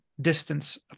distance